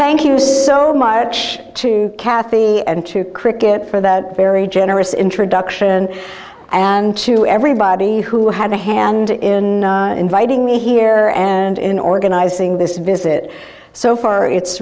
thank you so much to cathy and to cricket for that very generous introduction and to everybody who had a hand in inviting me here and in organizing this visit so far it's